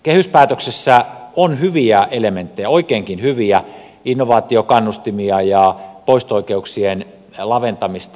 kehyspäätöksessä on hyviä elementtejä oikeinkin hyviä innovaatiokannustimia ja poisto oikeuksien laventamista